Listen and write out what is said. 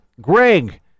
Greg